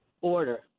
order